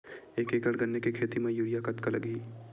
एक एकड़ गन्ने के खेती म यूरिया कतका लगही?